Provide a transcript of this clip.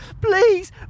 please